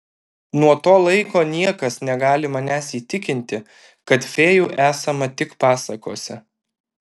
nuo to laiko niekas negali manęs įtikinti kad fėjų esama tik pasakose